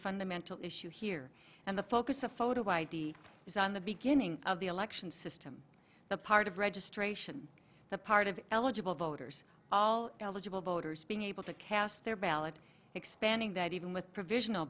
fundamental issue here and the focus of photo id is on the beginning of the election system the part of registration the part of eligible voters all eligible voters being able to cast their ballot expanding that even with provisional